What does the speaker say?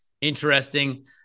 interesting